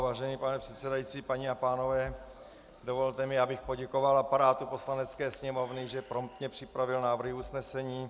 Vážený pane předsedající, paní a pánové, dovolte mi, abych poděkoval aparátu Poslanecké sněmovny, že promptně připravil návrhy usnesení.